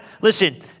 Listen